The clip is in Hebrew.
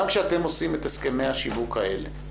גם כשאתם עושים את הסכמי השיווק האלה,